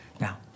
now